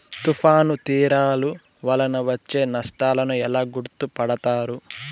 తుఫాను తీరాలు వలన వచ్చే నష్టాలను ఎలా గుర్తుపడతారు?